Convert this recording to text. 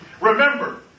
Remember